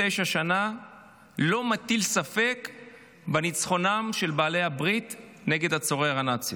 79 שנה לא מטיל ספק בניצחונן של בעלות הברית נגד הצורר הנאצי.